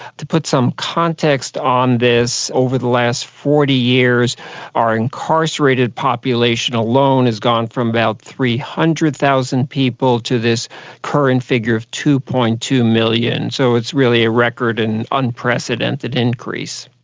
to put some context on this, over the last forty years our incarcerated population alone has gone from about three hundred thousand people to this current figure of two. two million. so it's really a record and unprecedented increase.